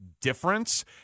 difference